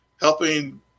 helping